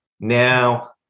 Now